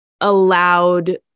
allowed